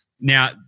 now